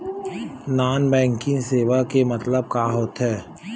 Non banking सेवा के मतलब का होथे?